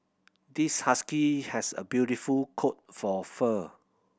this husky has a beautiful coat for fur